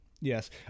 yes